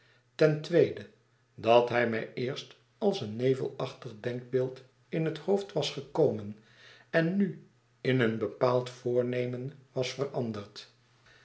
ten tweede dat mij eerst als een nevelachtig denkbeeld in het hoofd was gekomen en nu in een bepaald voornemen was veranderd